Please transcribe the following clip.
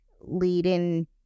leading